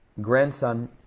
grandson